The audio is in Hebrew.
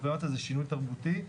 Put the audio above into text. זה שינוי תרבותי,